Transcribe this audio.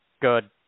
Good